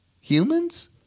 Humans